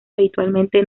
habitualmente